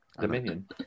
Dominion